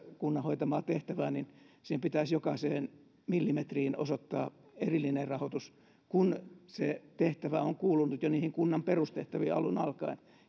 kunnan hoitamaa tehtävää parannetaan yhteiskunnan kehittyessä siihen pitäisi jokaiseen millimetriin osoittaa erillinen rahoitus kun se tehtävä ja sen kunnollinen hoitaminen on kuulunut jo niihin kunnan perustehtäviin alun alkaen